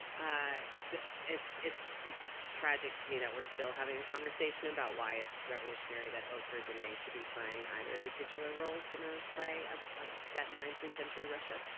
ah it's it's tragic to me that we're still having a conversation about why it's revolutionary that oak or denee should be playing either of the titular roles in a play set in nineteenth century russia.